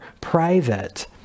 private